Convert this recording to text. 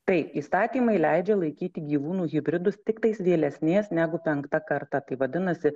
taip įstatymai leidžia laikyti gyvūnų hibridus tiktais vėlesnės negu penkta karta tai vadinasi